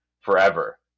forever